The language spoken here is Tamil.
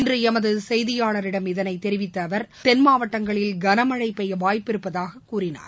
இன்று எமது செய்தியாளரிடம் இதனைத் தெரிவித்த அவர் தென் மாவட்டங்களில் கனமழை பெய்ய வாய்ப்பு இருப்பதாகவும் கூறினார்